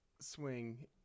swing